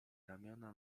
ramiona